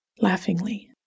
laughingly